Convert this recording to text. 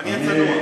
אני אהיה צנוע.